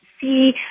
see